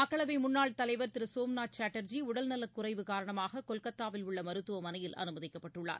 மக்களவைமுன்னாள் தலைவர் திருசோம்நாத் சாட்டர்ஜி உடல்நலக் குறைவு காரணமாககொல்கத்தாவில் உள்ளமருத்துவமனையில் அனுமதிக்கப்பட்டுள்ளார்